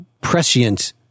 prescient